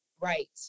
Right